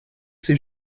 ses